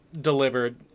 delivered